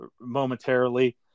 momentarily